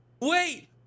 Wait